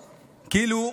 כאילו,